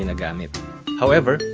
and um it however,